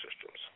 systems